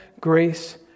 grace